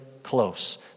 close